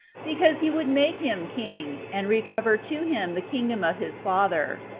because he would make him king, and recover to him the kingdom of his father.